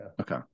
okay